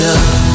up